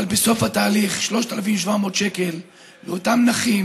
אבל בסוף התהליך 3,700 שקל לאותם נכים